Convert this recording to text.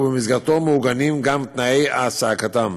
ובמסגרתו מעוגנים גם תנאי העסקתם.